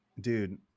Dude